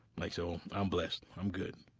like so i'm blessed. i'm good